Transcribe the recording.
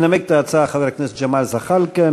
ינמק את ההצעה חבר הכנסת ג'מאל זחאלקה,